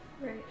Right